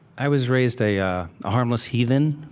i was raised a ah harmless heathen